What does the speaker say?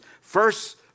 first